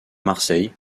marseille